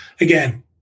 Again